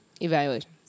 evaluation